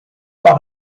par